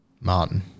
Martin